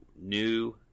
new